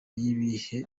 y’ibihe